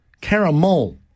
Caramel